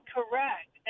Correct